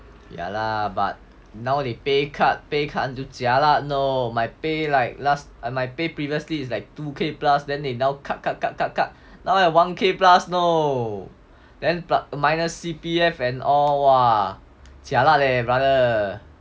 ya lah but now they pay cut pay cut until jialat know my pay like last my pay previously is like two k plus then they now cut cut cut cut cut now one k plus know then plus minus C_P_F and or !wah! jialat leh brother